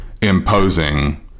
imposing